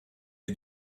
est